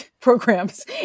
programs